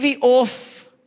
off